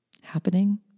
happening